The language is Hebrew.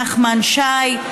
נחמן שי,